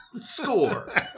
score